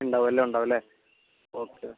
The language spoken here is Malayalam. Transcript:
ഉണ്ടാവും എല്ലാം ഉണ്ടാവും അല്ലേ ഓക്കെ